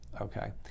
okay